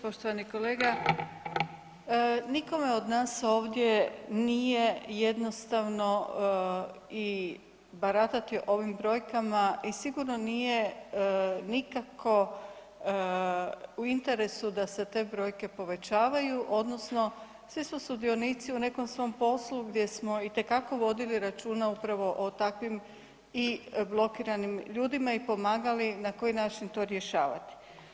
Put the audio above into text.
Poštovani kolega, nikome od nas ovdje nije jednostavno i baratati ovim brojkama i sigurno nije nikako u interesu da se te brojke povećavaju odnosno svi su sudionici u nekom svom poslu gdje smo itekako vodili računa upravo o takvim i blokiranim ljudima i pomagali na koji način to rješavati.